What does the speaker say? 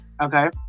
okay